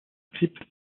script